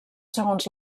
segons